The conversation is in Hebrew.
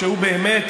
שהוא באמת,